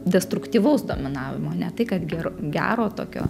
destruktyvaus dominavimo ne tai kad ger gero tokio